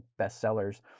bestsellers